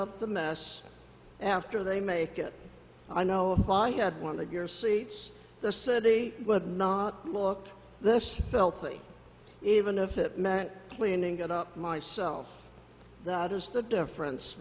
up the mess after they make it i know if i had one of your seats the city would not look this filthy even if it meant cleaning it up myself that is the difference